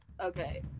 okay